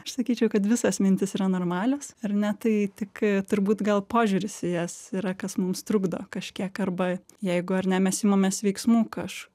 aš sakyčiau kad visos mintys yra normalios ar ne tai tik turbūt gal požiūris į jas yra kas mums trukdo kažkiek arba jeigu ar ne mes imamės veiksmų kaž